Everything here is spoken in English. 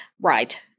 Right